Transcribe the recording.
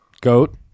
goat